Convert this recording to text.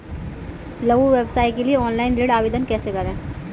लघु व्यवसाय के लिए ऑनलाइन ऋण आवेदन कैसे करें?